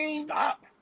Stop